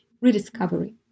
rediscovery